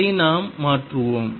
அதை நாம் மாற்றுவோம்